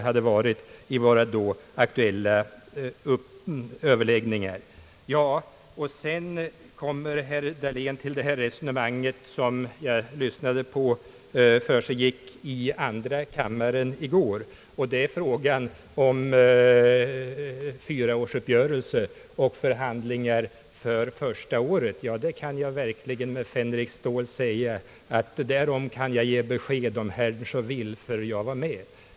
Sedan kommer herr Dahlén till det resonemang som jag hörde i andra kammaren i går, frågan om fyraårsuppgörelsen och förhandlingarna för första året. Ja, där kan jag verkligen med Fänrik Stål säga: Därom kan jag ge besked om herrn så vill, för jag var med.